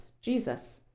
Jesus